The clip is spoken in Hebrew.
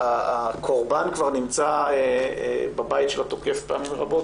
הקורבן כבר נמצא בבית של התוקף פעמים רבות,